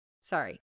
Sorry